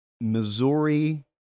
Missouri